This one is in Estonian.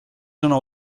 sõna